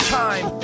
time